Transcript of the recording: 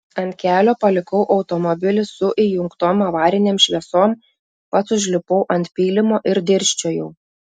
ant kelio palikau automobilį su įjungtom avarinėm šviesom pats užlipau ant pylimo ir dirsčiojau